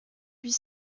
huit